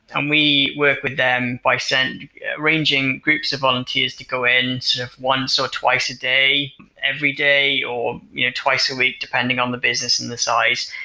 um we work with them by ranging groups of volunteers to go in sort of once or twice a day every day, or you know twice a week depending on the business and the size.